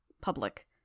Public